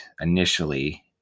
initially